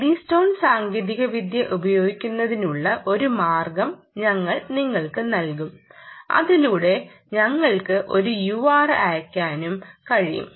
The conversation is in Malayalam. എഡ്ഡിസ്റ്റോൺ സാങ്കേതികവിദ്യ ഉപയോഗിക്കുന്നതിനുള്ള ഒരു മാർഗ്ഗം ഞങ്ങൾ നിങ്ങൾക്ക് നൽകും അതിലൂടെ ഞങ്ങൾക്ക് ഒരു URL അയക്കാനും കഴിയും